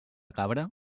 cabra